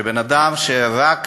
שבן-אדם שרק